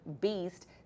beast